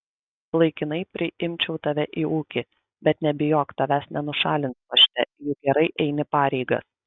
laikinai priimčiau tave į ūkį bet nebijok tavęs nenušalins pašte juk gerai eini pareigas